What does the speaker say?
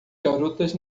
garotas